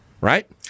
right